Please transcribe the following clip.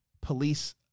police